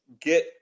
Get